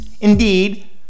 Indeed